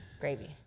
Gravy